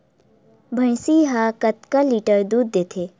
भंइसी हा कतका लीटर दूध देथे?